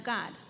God